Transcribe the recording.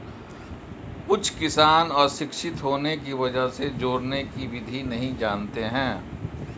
कुछ किसान अशिक्षित होने की वजह से जोड़ने की विधि नहीं जानते हैं